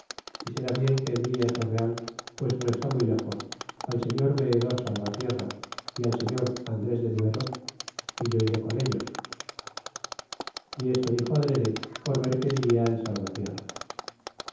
y será bien que envie á su real pues no está muy lejos al señor veedor salvatierra al señor andres de duero é yo iré con ellos y esto dixo adrede por ver qué diria el salvatierra